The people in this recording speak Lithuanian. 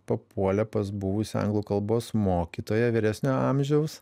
papuolė pas buvusią anglų kalbos mokytoją vyresnio amžiaus